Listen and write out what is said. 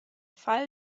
fall